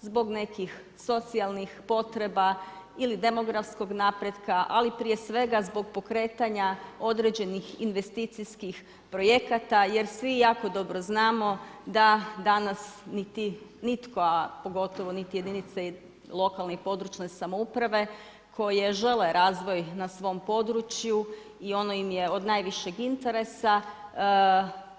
zbog nekih socijalnih potreba ili demografskog napretka, ali prije svega zbog pokretanja određenih investicijskih projekata jer svi jako dobro znamo da danas niti nitko, a pogotovo niti jedinice lokalne i područne samouprave koje žele razvoj na svom području i ono im je od najvišeg interesa,